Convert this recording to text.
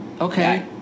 okay